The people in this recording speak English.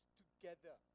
together